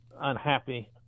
unhappy